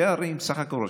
בסך הכול,